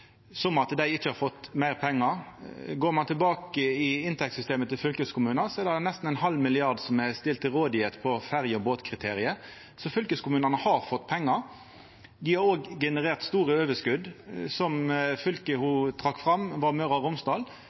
som at dei ikkje har fått meir pengar. Går ein tilbake i inntektssystemet til fylkeskommunane er nesten ein halv milliard stilt til rådvelde på ferje- og båtkriteriet. Fylkeskommunane har fått pengar. Dei har òg generert store overskott. Som fylke trakk ho fram Møre og Romsdal.